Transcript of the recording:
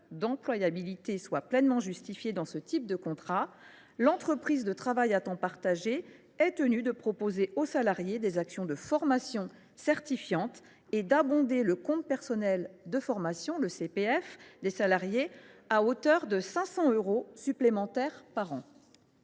employabilité – du CDIE soit pleinement justifié, l’entreprise de travail à temps partagé est tenue de proposer aux salariés des actions de formation certifiantes et d’abonder le compte personnel de formation (CPF) des salariés à hauteur de 500 euros supplémentaires par an.